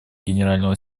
генерального